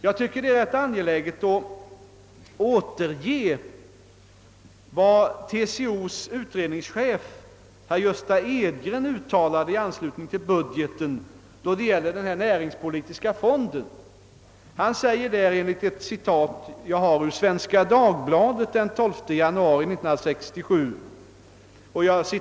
Jag tycker det är angeläget att återge vad TCO:s utredningschef, herr Gösta Edgren, uttalar i anslutning till budgeten då det gäller den näringspolitiska fonden. Han säger enligt ett citat ur Svenska Dagbladet den 12 januari 1967.